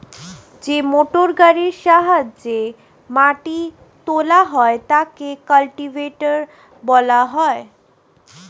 যে মোটরগাড়ির সাহায্যে মাটি তোলা হয় তাকে কাল্টিভেটর বলা হয়